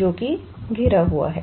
जो कि घिरा हुआ है